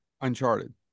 Uncharted